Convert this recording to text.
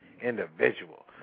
individual